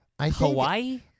Hawaii